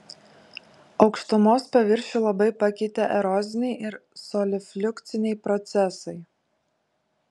aukštumos paviršių labai pakeitė eroziniai ir solifliukciniai procesai